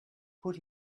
put